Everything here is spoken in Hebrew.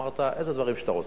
אמרת איזה דברים שאתה רוצה.